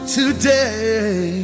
today